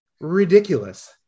ridiculous